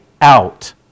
out